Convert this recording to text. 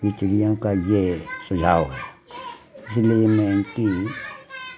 इन चिड़ियों का यह सुझाव है इसलिए मैं इनकी